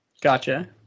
Gotcha